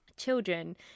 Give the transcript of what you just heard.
children